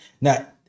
Now